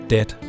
Dead